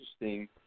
interesting